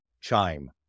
chime